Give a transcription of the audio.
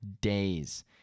days